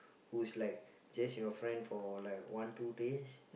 who's like just your friend for one two days